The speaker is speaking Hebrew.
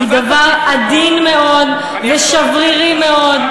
היא דבר עדין מאוד ושברירי מאוד,